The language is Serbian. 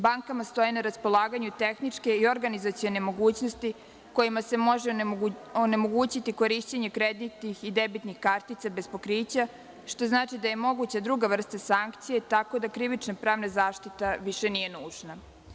Bankama stoje na raspolaganju tehničke i organizacione mogućnosti kojima se može onemogućiti korišćenje kreditnih i debitnih kartica bez pokrića, što znači da je moguća druga vrsta sankcija, tako da krivično pravna zaštita više nije nužna.